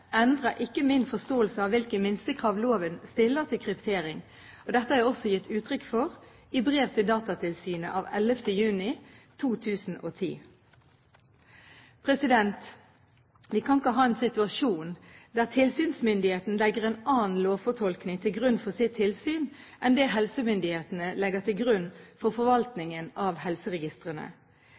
ikke min forståelse av hvilke minstekrav loven stiller til kryptering. Dette har jeg også gitt uttrykk for i brev til Datatilsynet av 11. juni 2010. Vi kan ikke ha en situasjon der tilsynsmyndigheten legger en annen lovfortolkning til grunn for sitt tilsyn enn det helsemyndighetene legger til grunn for forvaltningen av helseregistrene.